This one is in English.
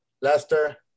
Leicester